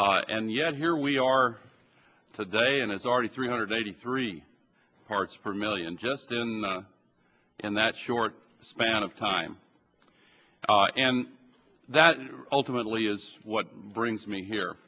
and yet here we are today and it's already three hundred eighty three parts per million just in and that short span of time and that ultimately is what brings me here